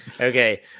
Okay